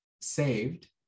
saved